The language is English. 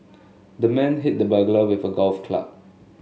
the man hit the burglar with a golf club